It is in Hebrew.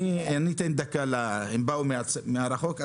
הם באו מרחוק.